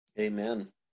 amen